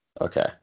Okay